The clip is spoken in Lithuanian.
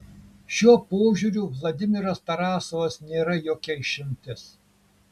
šiuo požiūriu vladimiras tarasovas nėra jokia išimtis